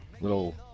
little